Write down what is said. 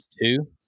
two